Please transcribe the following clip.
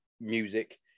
music